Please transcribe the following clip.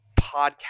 podcast